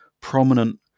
prominent